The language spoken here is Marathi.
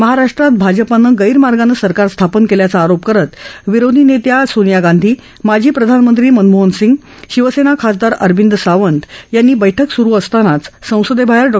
महाराष्ट्रात भाजपानं गैरमार्गानं सरकार स्था न केल्याचा आरो करत विरोधी नेत्या सोनिया गांधी माजी प्रधानमंत्री मनमोहन सिंग शिवसेना खासदार अरविंद सावंत यांनी बैठक सुरु असताना संसदेबाहेर डॉ